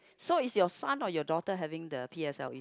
so is your son or your daughter having the P_S_L_E